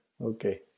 Okay